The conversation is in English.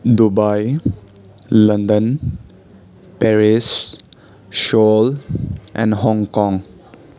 Dubai London Paris Seoul and Hong Kong